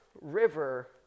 river